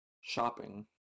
shopping